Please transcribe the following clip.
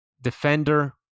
defender